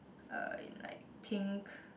uh like pink